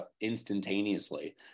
instantaneously